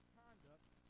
conduct